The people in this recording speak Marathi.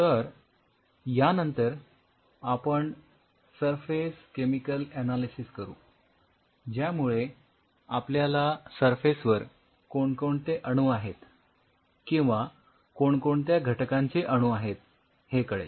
तर यानंतर आपण सरफेस केमिकल ऍनालिसिस करू ज्यामुळे आपल्याला सरफेसवर कोणकोणते अणू आहेत किंवा कोणकोणत्या घटकांचे अणू आहेत हे कळेल